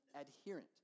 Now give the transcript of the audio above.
adherent